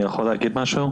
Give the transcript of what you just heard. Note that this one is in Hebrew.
אני יכול להגיד משהו?